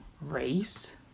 Race